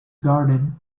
garden